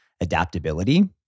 adaptability